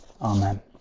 Amen